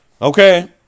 Okay